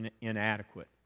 inadequate